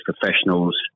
professionals